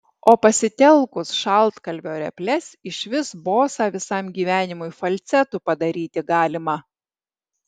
o pasitelkus šaltkalvio reples išvis bosą visam gyvenimui falcetu padaryti galima